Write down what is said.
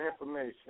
information